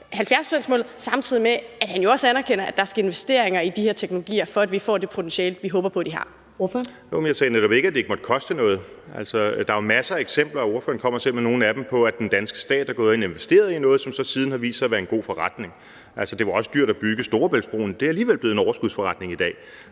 70-procentsmålet, samtidig med at han jo også anerkender, at der skal være investeringer i de her teknologier, for at vi får det potentiale, vi håber på de har. Kl. 11:47 Første næstformand (Karen Ellemann): Ordføreren. Kl. 11:47 Morten Messerschmidt (DF): Jeg sagde netop ikke, at det ikke måtte koste noget. Der er jo masser af eksempler på – ordføreren kommer selv med nogle af dem – at den danske stat er gået ind og har investeret i noget, som så siden har vist sig at være en god forretning. Altså, det var også dyrt at bygge Storebæltsbroen, men det er alligevel blevet en overskudsforretning i dag.